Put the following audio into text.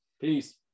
Peace